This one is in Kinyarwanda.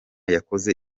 yakoze